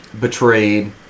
Betrayed